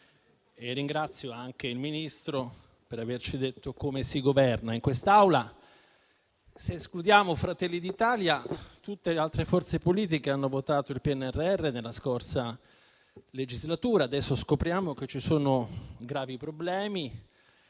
e ringrazio anche il Ministro per averci detto come si governa. In quest'Aula, se escludiamo Fratelli d'Italia, tutte le altre forze politiche hanno votato il PNRR nella scorsa legislatura, ma adesso scopriamo che ci sono gravi problemi